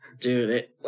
Dude